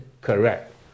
correct